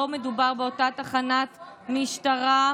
לא מדובר באותה תחנת משטרה.